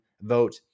vote